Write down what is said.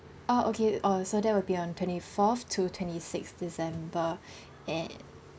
oh okay oh so that will be on twenty fourth to twenty sixth december and